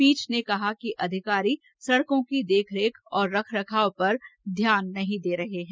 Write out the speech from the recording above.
पीठ ने कहा कि अधिकारी सड़कों की देखरेख और रखरखाव पर ध्यान नहीं दे रहे हैं